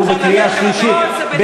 (חבר הכנסת איציק שמולי יוצא מאולם המליאה.) הוא בקריאה שלישית.